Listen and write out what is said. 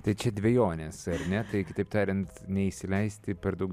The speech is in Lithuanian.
tai čia dvejonės ar ne tai kitaip tariant neįsileisti per daug